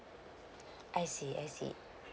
I see I see